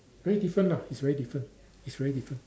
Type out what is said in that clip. very different lah it's very different it's very different